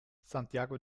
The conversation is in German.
santiago